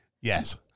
Yes